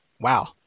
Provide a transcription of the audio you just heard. wow